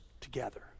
together